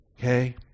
Okay